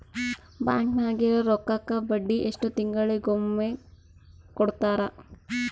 Bank ನಾಗಿರೋ ರೊಕ್ಕಕ್ಕ ಬಡ್ಡಿ ಎಷ್ಟು ತಿಂಗಳಿಗೊಮ್ಮೆ ಕೊಡ್ತಾರ?